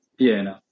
piena